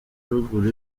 ruguru